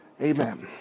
Amen